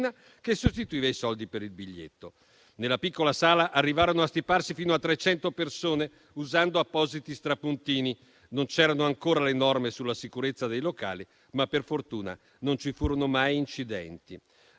che sostituiva i soldi per il biglietto. Nella piccola sala arrivarono a stiparsi fino a 300 persone, usando appositi strapuntini. Non c'erano ancora le norme sulla sicurezza dei locali, ma per fortuna non ci furono mai incidenti.